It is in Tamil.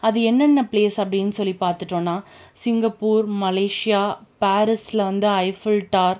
அது என்னன்ன பிளேஸ் அப்படின்னு சொல்லி பார்த்துட்டோம்னா சிங்கப்பூர் மலேசியா பாரிஸில் வந்து ஐஃபில் டார்